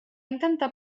intentar